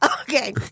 Okay